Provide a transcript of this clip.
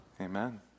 Amen